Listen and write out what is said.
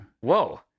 Whoa